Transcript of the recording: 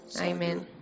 Amen